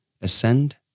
ascend